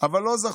אבל לא זכו,